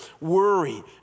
worry